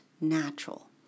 natural